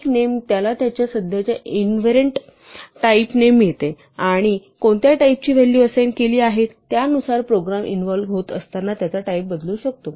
एक नेम त्याला त्याच्या सध्याच्या इन्हेरेन्ट टाईप ने मिळते आणि कोणत्या टाईप ची व्हॅलू असाइन केली गेली आहेत त्यानुसार प्रोग्राम इव्हॉल्व्ह होत असताना त्याचा टाईप बदलू शकतो